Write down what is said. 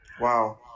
Wow